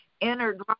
entered